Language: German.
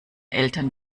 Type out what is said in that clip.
eltern